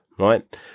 Right